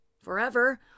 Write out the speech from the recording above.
Forever